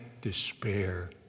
despair